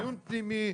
מיון פנימי,